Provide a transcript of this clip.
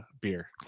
Beer